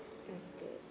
okay